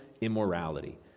immorality